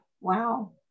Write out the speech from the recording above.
Wow